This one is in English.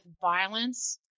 violence